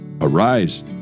Arise